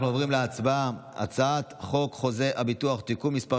אנחנו עוברים להצבעה על הצעת חוק חוזה הביטוח (תיקון מס'